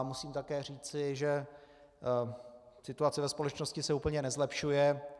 Musím také říci, že situace ve společnosti se úplně nezlepšuje.